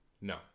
No